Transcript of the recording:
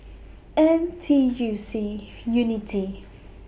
N T U C Unity